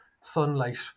Sunlight